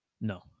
No